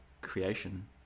creation